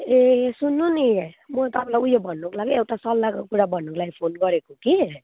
ए सुन्नु नि म तपाईँलाई उयो भन्नुको लागि एउटा सल्लाहको कुरा भन्नुको लागि फोन गरेको कि